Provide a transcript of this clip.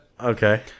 Okay